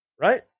right